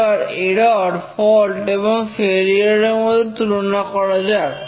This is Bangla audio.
এবার এরর ফল্ট এবং ফেলিওর এর মধ্যে তুলনা করা যাক